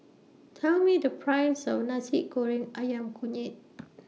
Tell Me The Price of Nasi Goreng Ayam Kunyit